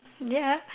ya